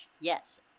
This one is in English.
Yes